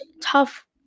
tough